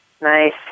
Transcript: Nice